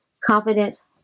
confidence